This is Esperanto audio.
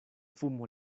fumo